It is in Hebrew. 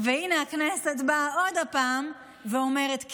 והינה, הכנסת באה עוד פעם ואומרת כן.